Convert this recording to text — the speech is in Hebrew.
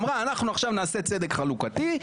אמרה "אנחנו עכשיו נעשה צדק חלוקתי,